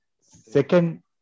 Second